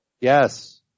Yes